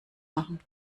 machen